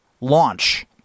launch